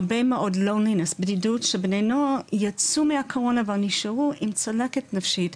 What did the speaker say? הרבה מאוד בדידות שבני נוער יצאו מהקורונה ונשארו עם צלקת נפשית,